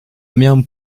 miałem